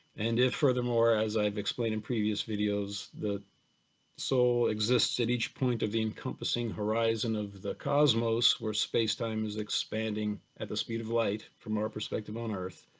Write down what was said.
and if furthermore, as i've explained in previous videos, the soul so exists at each point of the encompassing horizon of the cosmos, where space time is expanding at the speed of light, from our perspective on earth,